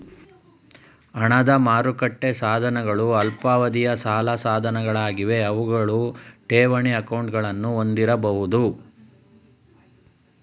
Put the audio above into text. ಹಣದ ಮಾರುಕಟ್ಟೆ ಸಾಧನಗಳು ಅಲ್ಪಾವಧಿಯ ಸಾಲ ಸಾಧನಗಳಾಗಿವೆ ಅವುಗಳು ಠೇವಣಿ ಅಕೌಂಟ್ಗಳನ್ನ ಹೊಂದಿರಬಹುದು